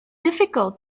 difficult